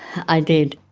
i did.